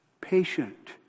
patient